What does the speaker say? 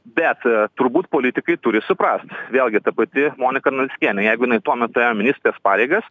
bet t turbūt politikai turi suprast vėlgi ta pati monika navickienė jeigu jinai tuo metu ėjo ministrės pareigas